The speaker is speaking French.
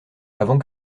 avant